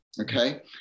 okay